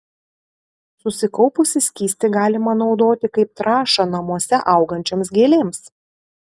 susikaupusį skystį galima naudoti kaip trąšą namuose augančioms gėlėms